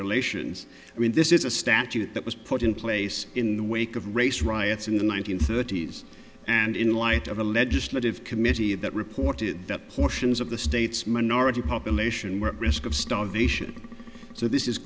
relations i mean this is a statute that was put in place in the wake of race riots in the one nine hundred thirty s and in light of the legislative committee that reported that portions of the state's minority population were risk of starvation so this is